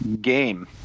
game